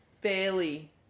fairly